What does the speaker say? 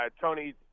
Tony